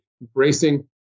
embracing